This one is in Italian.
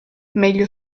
meglio